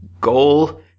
goal